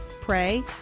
pray